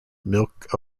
milk